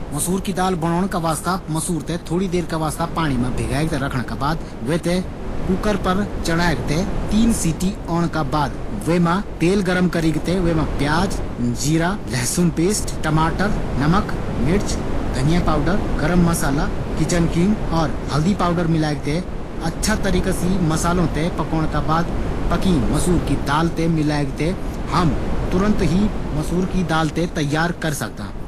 मसूर की दाल बणोण का वास्ता पैली मसूर की दाल थें थोड़ी देर का वास्ता पाणी मा भिजायु चैन्दु। वीका बाद कुकर मा डालिक तीन सीटी लगोण का बाद वीमा गर्म तेल मा भुंन्यु प्याज़, जीरा, लहसुन पेस्ट, टमाटर, नमक, मिर्च, धनिया पावडर, गरम मसाला, किचन किंग और हल्दी पाउडर मिलेक थें पकी मसूर की दाल मा मिलेक थें हम तुरंत ही मसूर की दाल तैयार कर सकदां।